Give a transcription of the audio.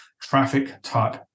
traffic-type